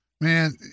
Man